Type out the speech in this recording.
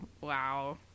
Wow